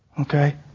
Okay